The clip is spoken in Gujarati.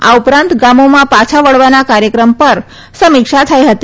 આ ઉપરાંત ગામોમાં પાછા વળવાના કાર્યક્રમ પર સમીક્ષા થઈ હતી